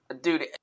Dude